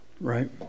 Right